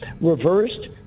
reversed